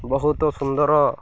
ବହୁତ ସୁନ୍ଦର